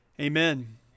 amen